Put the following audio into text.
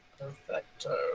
Perfecto